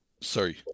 sorry